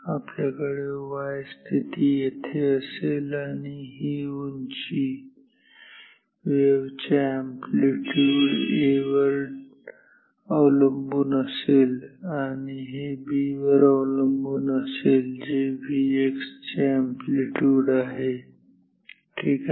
आपल्याकडे y स्थिती येथे असेल आणि ही उंची या वेव्हच्या अॅम्प्लीट्यूड A वर अवलंबून असेल आणि हे B वर अवलंबून असेल जे Vx चे अॅम्प्लीट्यूड आहे ठीक आहे